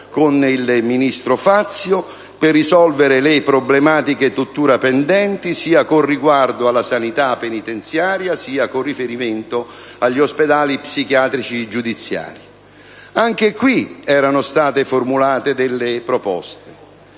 il ministro Fazio per risolvere le problematiche tuttora pendenti, sia con riguardo alla sanità penitenziaria, sia con riferimento agli ospedali psichiatrici giudiziari. Anche su questo erano state formulate alcune proposte,